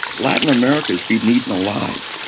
latin america's been eaten alive.